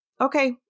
okay